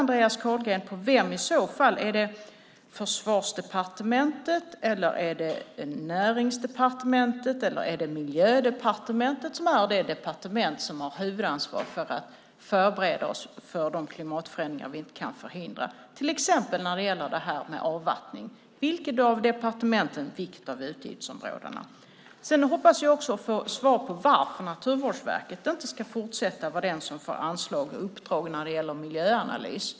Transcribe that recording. Andreas Carlgren svarade inte på vilket departement det är - Försvarsdepartementet, Näringsdepartementet eller Miljödepartementet - som har huvudansvar för att förbereda oss för de klimatförändringar vi inte kan förhindra. När det till exempel gäller det här med avvattning, vilket av departementens utgiftsområde är det? Jag hoppas också att få svar på varför Naturvårdsverket inte ska fortsätta att få anslag och uppdrag när det gäller miljöanalys.